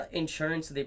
insurance